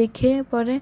দেখে পরে